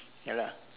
ya lah